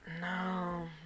No